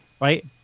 right